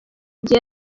gihe